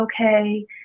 okay